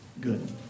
good